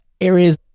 areas